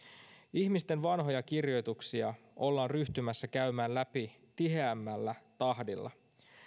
ihmisten vanhoja kirjoituksia ollaan ryhtymässä käymään läpi tiheämmällä tahdilla